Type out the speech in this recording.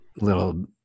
little